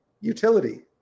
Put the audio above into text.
utility